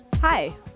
Hi